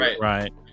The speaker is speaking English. right